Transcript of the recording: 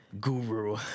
guru